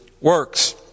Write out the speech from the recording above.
works